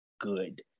good